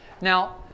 Now